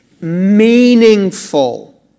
meaningful